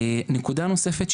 נקודה נוספת,